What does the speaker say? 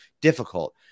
difficult